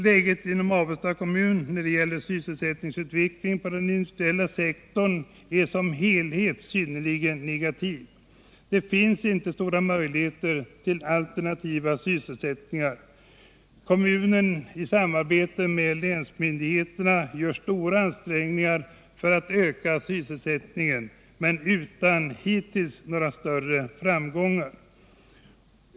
Läget inom Avesta kommun när det gäller sysselsättningsutvecklingen inom den industriella sektorn är synnerligen negativt. Det finns inte stora möjligheter till alternativ sysselsättning. Kommunen i samarbete med länsmyndigheterna gör stora ansträngningar för att öka sysselsättningen men hittills utan några större framgångar.